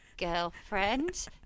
girlfriend